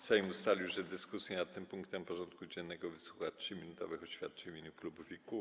Sejm ustalił, że w dyskusji nad tym punktem porządku dziennego wysłucha 3-minutowych oświadczeń w imieniu klubów i kół.